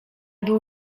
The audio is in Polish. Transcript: był